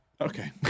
Okay